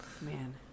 Man